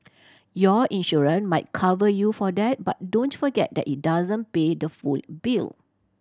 your insurance might cover you for that but don't forget that it doesn't pay the full bill